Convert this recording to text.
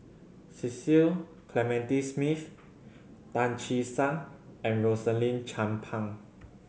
Cecil Clementi Smith Tan Che Sang and Rosaline Chan Pang